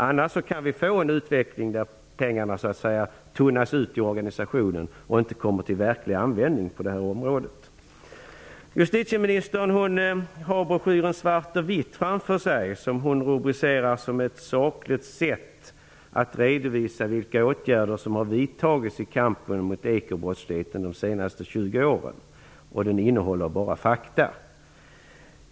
Annars kan vi få en utveckling där pengarna så att säga tunnas ut i organisationen och inte kommer till verklig användning på det här området. Justitieministern har broschyren Svart på vitt framför sig. Hon rubricerar den som ett sakligt sätt att redovisa vilka åtgärder som har vidtagits i kampen mot ekobrottsligheten de senaste 20 åren och hävdar att den enbart innehåller fakta.